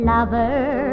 Lover